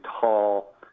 tall